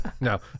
no